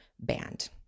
banned